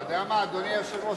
אתה יודע מה, אדוני היושב-ראש?